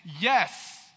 yes